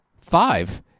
five